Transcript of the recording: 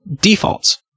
defaults